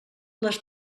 les